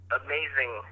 amazing